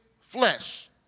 flesh